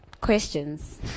questions